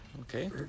Okay